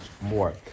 more